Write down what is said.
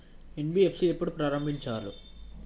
NBFC ఎప్పుడు ప్రారంభించిల్లు?